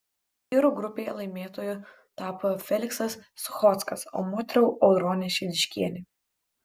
vyrų grupėje laimėtoju tapo feliksas suchockas o moterų audronė šidiškienė